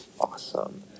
Awesome